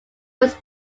was